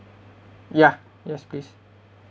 ya yes please